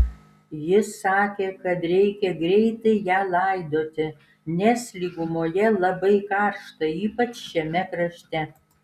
jis sakė kad reikia greitai ją laidoti nes lygumoje labai karšta ypač šiame krašte